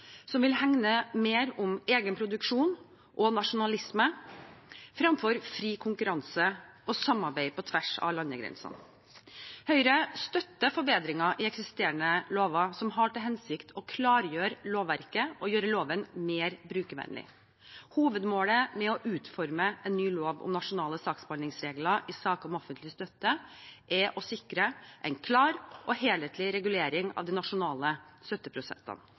som vil hegne mer om egen produksjon og nasjonalisme, fremfor fri konkurranse og samarbeid på tvers av landegrensene. Høyre støtter forbedringer i eksisterende lover som har til hensikt å klargjøre lovverket og gjøre loven mer brukervennlig. Hovedmålet med å utforme en ny lov om nasjonale saksbehandlingsregler i saker om offentlig støtte er å sikre en klar og helhetlig regulering av de nasjonale